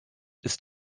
ist